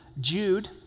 Jude